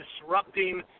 disrupting